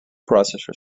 processor